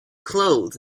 clothes